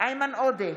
איימן עודה,